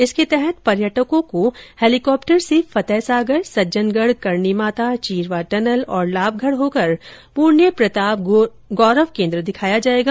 इसके तहत पर्यटकों को हेलीकॉप्टर से फतेह सागर सज्जनगढ़ करणी माता चीरवा टनल और लाभगढ़ होकर पृण्य प्रताप गौरव केंद्र दिखाया जाएगा